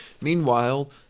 Meanwhile